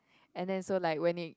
and then so like when it